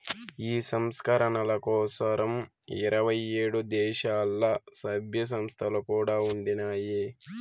ఈ సంస్కరణల కోసరం ఇరవై ఏడు దేశాల్ల, సభ్య సంస్థలు కూడా ఉండినాయి